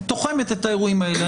תוחמת את האירועים האלה.